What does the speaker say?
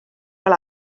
fel